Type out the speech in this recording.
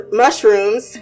mushrooms